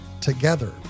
together